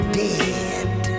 dead